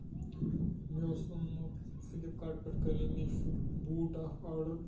مےٚ اوس اوٚنمُت فلپ کارٹ پٮ۪ٹھ کٔرِو مےٚ بوٗٹ اکھ آرڈر